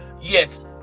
yes